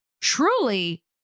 truly